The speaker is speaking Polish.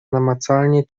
namacalnie